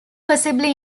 possibly